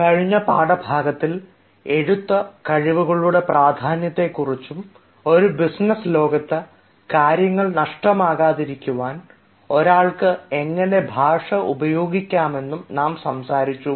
കഴിഞ്ഞ പാഠഭാഗത്തിൽ എഴുത്ത് കഴിവുകളുടെ പ്രാധാന്യത്തെക്കുറിച്ചും ഒരു ബിസിനസ്സ് ലോകത്ത് കാര്യങ്ങൾ സ്പഷ്ടമാക്കാതിരിക്കാൻ ഒരാൾക്ക് എങ്ങനെ ഭാഷ ഉപയോഗിക്കാമെന്നും നാം സംസാരിച്ചു